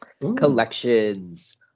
Collections